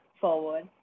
forward